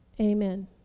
Amen